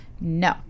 No